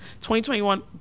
2021